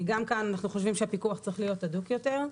גם כאן אנחנו חושבים שהפיקוח צריך להיות הדוק יותר.